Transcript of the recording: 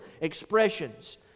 expressions